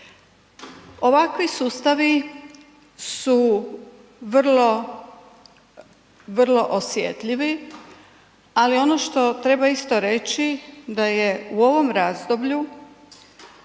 Ovakvi sustavi su vrlo osjetljivi, ali ono što treba isto reći da je ovom razdoblju